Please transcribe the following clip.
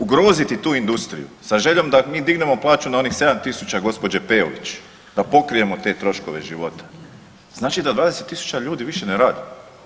Ugroziti tu industriju sa željom da mi dignemo plaću na onih 7.000 gđe. Peović da pokrijemo te troškove života znači da 20.000 ljudi više ne radi.